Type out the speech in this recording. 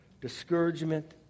discouragement